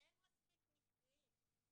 אין מספיק מקרים,